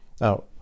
Now